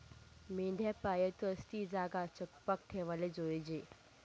मेंढ्या पायतस ती जागा चकपाक ठेवाले जोयजे